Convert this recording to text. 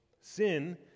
Sin